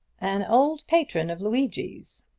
an old patron of luigi's,